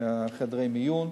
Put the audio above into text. מחדרי המיון.